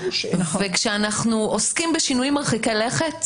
וכשאנחנו עוסקים בשינויים מרחיקי לכת